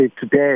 today